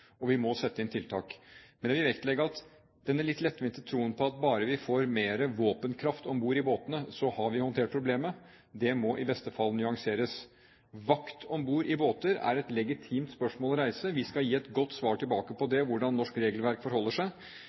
og vi må sette inn tiltak. Men jeg vil vektlegge at den litt lettvinte troen på at bare vi får mer våpenkraft om bord i båtene, har vi håndtert problemet, må i beste fall nyanseres. Vakt om bord i båter er et legitimt spørsmål å reise. Vi skal gi et godt svar tilbake på det, hvordan norsk regelverk forholder seg.